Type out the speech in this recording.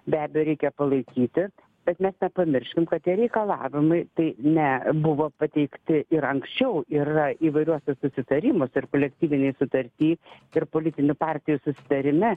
be abejo reikia palaikyti bet mes nepamirškim kad tie reikalavimai tai ne buvo pateikti ir anksčiau ir yra įvairiuose susitarimuose ir kolektyvinėj sutarty ir politinių partijų susitarime